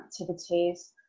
activities